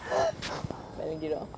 விளங்கிடும்:vilangidum